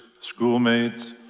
schoolmates